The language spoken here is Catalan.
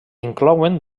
inclouen